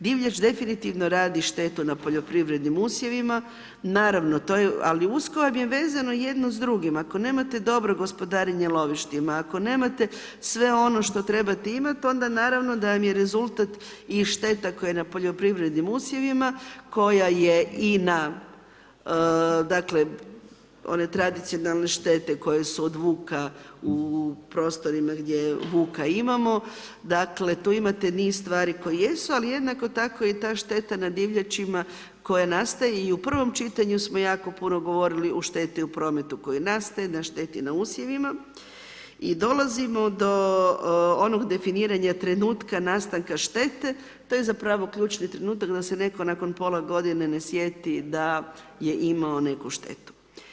Divljač definitivno radi štetu na poljoprivrednim usjevima, naravno, ali usko je vezano jedno s drugim, ako nemate dobro gospodarenje lovištima, ako nemate sve ono što trebate imati, onda naravno da vam je rezultat šteta koja je na poljoprivrednim usjevima, koja je i na, dakle, one tradicionalne štete koje su od vuka u prostorima gdje vuka imamo, dakle tu imate niz stvari koje jesu, ali jednako tako je i ta šteta na divljačima koja nastaje, i u prvom čitanju samo jako puno govorili o šteti u prometu koja nastaje, na šteti na usjevima i dolazimo do onog definiranja trenutka nastanka štete, to je zapravo ključni trenutak da se netko nakon pola godine ne sjeti da je imao neku štetu.